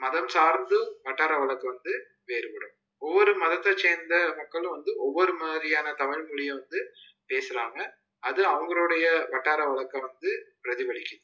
மதம் சார்ந்தும் வட்டார வழக்கு வந்து வேறுபடும் ஒவ்வொரு மதத்தை சேர்ந்த மக்களும் வந்து ஒவ்வொரு மாதிரியான தமிழ்மொழியை வந்து பேசுகிறாங்க அது அவங்களுடைய வட்டார வழக்கை வந்து பிரதிபலிக்குது